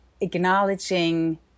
acknowledging